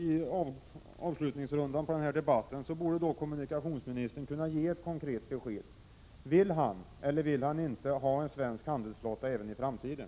I avslutningsrundan av denna debatt borde kommunikationsministern kunna ge ett konkret besked på frågan om han vill eller inte vill ha en svensk handelsflotta även i framtiden.